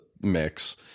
mix